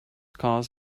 cars